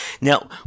Now